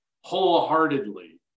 wholeheartedly